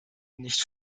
nicht